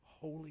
holy